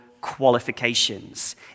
qualifications